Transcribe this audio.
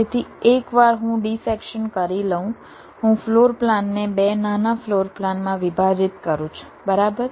તેથી એકવાર હું ડિસેક્શન કરી લઉં હું ફ્લોર પ્લાનને 2 નાના ફ્લોર પ્લાનમાં વિભાજિત કરું છું બરાબર